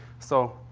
so,